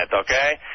okay